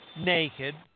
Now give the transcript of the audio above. naked